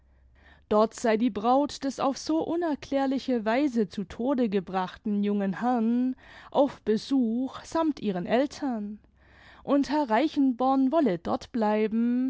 dort sei die braut des auf so unerklärliche weise zu tode gebrachten jungen herrn auf besuch sammt ihren eltern und herr reichenborn wolle dort bleiben